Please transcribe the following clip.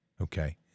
okay